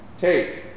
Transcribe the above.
take